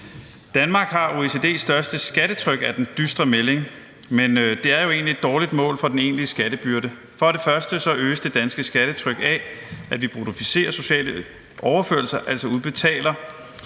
Danmark har OECD's største skattetryk, er den dystre melding; men det er jo egentlig et dårligt mål for den egentlige skattebyrde. For det første øges det danske skattetryk af, at vi bruttoficerer sociale overførsler, altså udbetaler